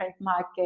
market